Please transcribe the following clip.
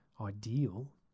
ideal